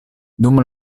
dum